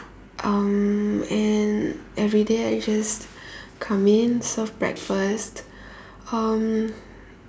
um and everyday I just come in serve breakfast um